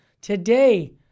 today